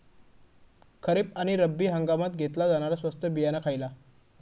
खरीप आणि रब्बी हंगामात घेतला जाणारा स्वस्त बियाणा खयला?